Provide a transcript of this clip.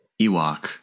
Ewok